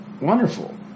Wonderful